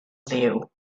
dduw